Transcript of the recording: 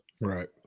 Right